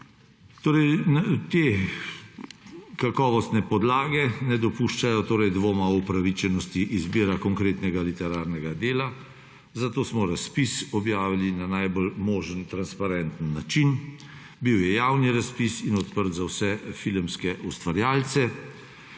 Te kakovostne podlage ne dopuščajo dvoma o upravičenosti izbire konkretnega literarnega dela, zato smo razpis objavili na najbolj možen transparenten način. Bil je javni razpis in odprt za vse filmske ustvarjalce.